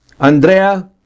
Andrea